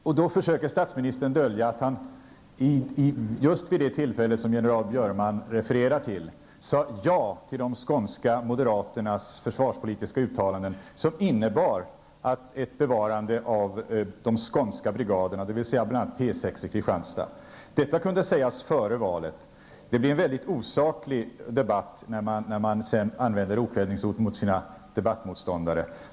Därmed försöker statsministern dölja att han, just vid det tillfälle som Björneman refererade till, sade ja till de skånska moderaternas försvarspolitiska uttalanden, som innebar ett bevarande av de skånska brigaderna, bl.a. P 6 i Kristianstad. Detta hade kunnat sägas före valet. Debatten blir väldigt osaklig när man använder okvädingsord mot sina debattmotståndare.